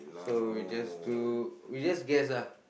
so we just do we just guess ah